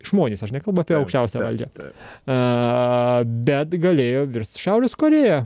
žmonės aš nekalbu apie aukščiausiąją valdžią a bet galėjo virsti šiaurės korėja